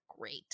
great